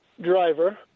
driver